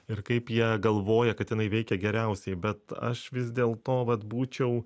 ir kaip jie galvoja kad jinai veikia geriausiai bet aš vis dėl to vat būčiau